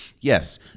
Yes